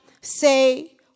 say